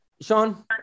Sean